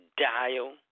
dial